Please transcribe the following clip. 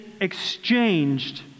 exchanged